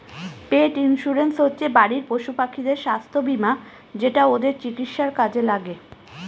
পেট insurance হচ্ছে বাড়ির পশুপাখিদের স্বাস্থ্য বীমা যেটা ওদের চিকিৎসার কাজে লাগে